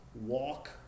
walk